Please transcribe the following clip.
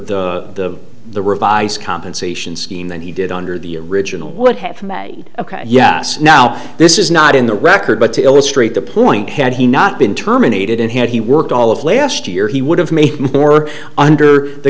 under the the revised compensation scheme than he did under the original would have from a yes now this is not in the record but to illustrate the point had he not been terminated and had he worked all of last year he would have made more under the